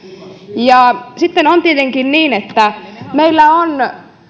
sitten on tietenkin niin että meillä on